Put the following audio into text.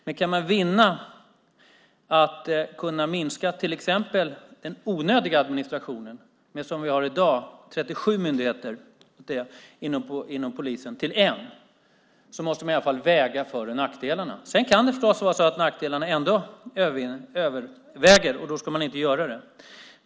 Men om man kan vinna något, till exempel att kunna minska den onödiga administrationen med 37 myndigheter, som vi har i dag inom polisen, till en måste man i alla fall väga för och nackdelarna. Sedan kan det förstås vara så att nackdelarna ändå överväger, och då ska man inte göra det.